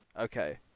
okay